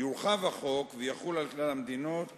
יורחב החוק ויחול על כלל המדינות וכו'.